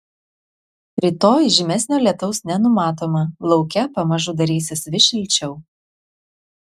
rytoj žymesnio lietaus nenumatoma lauke pamažu darysis vis šilčiau